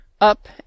up